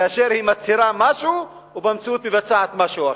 כאשר היא מצהירה משהו ובמציאות היא מבצעת משהו אחר.